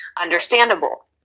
Understandable